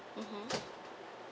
mmhmm